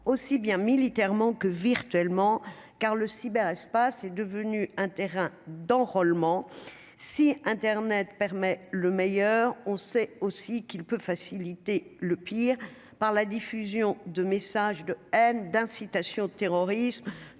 aussi bien militairement que virtuellement, car le cyberespace est devenue un terrain d'enrôlement si internet permet le meilleur, on sait aussi qu'il peut faciliter le pire par la diffusion de messages de haine, d'incitation au terrorisme